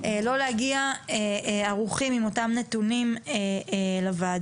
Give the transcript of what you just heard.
לא להגיע ערוכים עם אותם נתונים לוועדה.